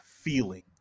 feeling